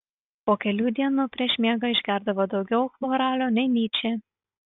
po kelių dienų prieš miegą išgerdavo daugiau chloralio nei nyčė